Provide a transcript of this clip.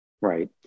Right